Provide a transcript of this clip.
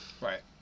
Right